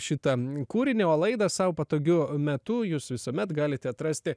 šitą kūrinio laidą sau patogiu metu jūs visuomet galite atrasti